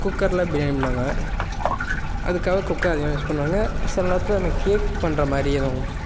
குக்கரில் பிரியாணி பண்ணுவாங்க அதுக்காவே குக்கர் அதிகமாக யூஸ் பண்ணுவாங்க சில நேரத்தில் இந்த கேக் பண்ணுற மாதிரி எதுவும்